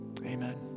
Amen